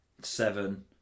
Seven